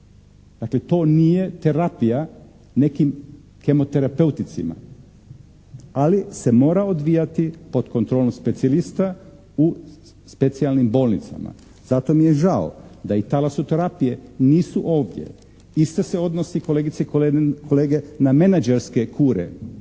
Dakle, to nije terapija neki kemoterapeuticima. Ali se mora odvijati pod kontrolom specijalista u specijalnim bolnicama. Zato mi je žao da i talasoterapije nisu ovdje. Isto se odnosi, kolegice i kolege, na menadžerske kure.